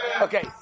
Okay